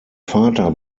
vater